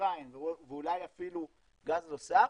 מצרים ואולי אפילו גז נוסף,